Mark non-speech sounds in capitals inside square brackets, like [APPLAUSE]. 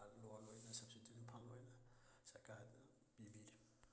ꯂꯣꯟ ꯑꯣꯏꯅ ꯁꯕꯁꯤꯗꯤ [UNINTELLIGIBLE] ꯁꯔꯀꯥꯔꯅ ꯄꯤꯕꯤꯔꯤ